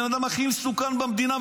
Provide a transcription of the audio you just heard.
היא הבן אדם הכי מסוכן במדינה,